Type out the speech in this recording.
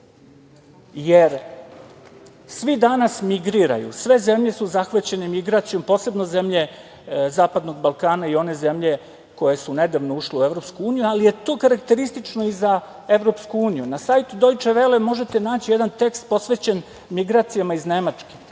jer svi danas migriraju. Sve zemlje su zahvaćene migracijom, posebno zemlje zapadnog Balkana i one zemlje koje su nedavno ušle u EU, ali je to karakteristično i za EU.Na sajtu „Dojče vele“ možete naći jedan tekst posvećen migracijama iz Nemačke.